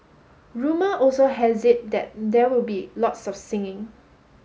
rumour also has it that there will be lots of singing